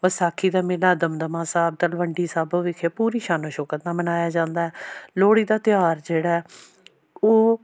ਵਿਸਾਖੀ ਦਾ ਮੇਲਾ ਦਮਦਮਾ ਸਾਹਿਬ ਤਲਵੰਡੀ ਸਾਬੋ ਵਿਖੇ ਪੂਰੀ ਸ਼ਾਨੋ ਸ਼ੌਕਤ ਨਾਲ਼ ਮਨਾਇਆ ਜਾਂਦਾ ਲੋਹੜੀ ਦਾ ਤਿਉਹਾਰ ਜਿਹੜਾ ਉਹ